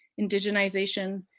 indigenization,